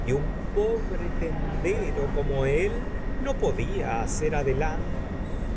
y un pobre tendero como él no podía hacer adelantos